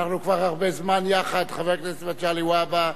אנחנו כבר הרבה זמן יחד, חבר הכנסת מגלי והבה,